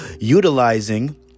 Utilizing